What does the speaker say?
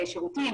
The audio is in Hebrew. שירותים,